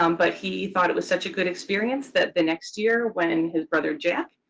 um but he thought it was such a good experience that the next year when his brother, jack,